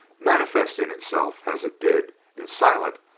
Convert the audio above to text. manifesting itself as it did in silent,